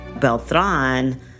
Beltran